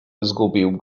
zgubił